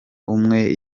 umwe